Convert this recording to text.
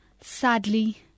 Sadly